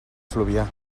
fluvià